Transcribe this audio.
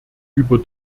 über